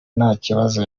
ntakibazo